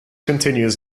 continues